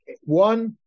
one